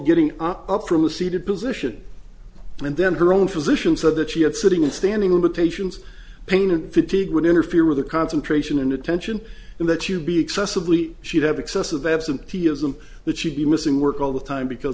getting up from a seated position and then her own physician so that she had sitting and standing limitations pain and fatigue would interfere with her concentration and attention and that you would be excessively she'd have excessive absenteeism that she'd be missing work all the time because